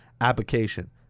application